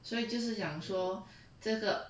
所以就是想说这个